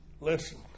Listen